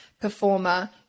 performer